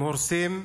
הם הורסים.